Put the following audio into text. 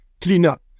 cleanup